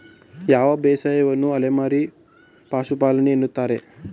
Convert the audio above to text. ಯಾವ ಬೇಸಾಯವನ್ನು ಅಲೆಮಾರಿ ಪಶುಪಾಲನೆ ಎನ್ನುತ್ತಾರೆ?